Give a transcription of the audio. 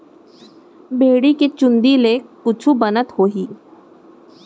भेड़ी के चूंदी ले कुछु बनत होही?